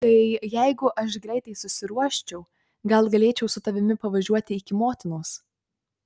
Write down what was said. tai jeigu aš greitai susiruoščiau gal galėčiau su tavimi pavažiuoti iki motinos